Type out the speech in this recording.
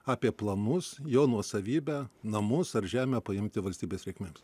apie planus jo nuosavybę namus ar žemę paimti valstybės reikmėms